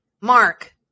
Mark